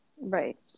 right